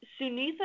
Sunitha